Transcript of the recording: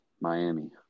Miami